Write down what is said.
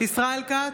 ישראל כץ,